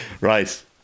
Right